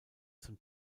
zum